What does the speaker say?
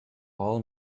all